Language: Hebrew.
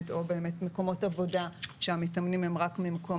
או באמת מקומות עבודה שהמתאמנים הם רק ממקום